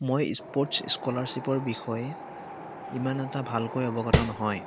মই স্পৰ্টছ স্ক'লাৰশ্বিপৰ বিষয়ে ইমান এটা ভালকৈ অৱগত নহয়